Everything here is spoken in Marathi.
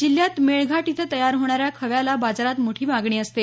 जिल्ह्यात मेळघाट इथं तयार होणाऱ्या खव्याला बाजारात मोठी मागणी असते